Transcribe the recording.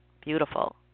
Beautiful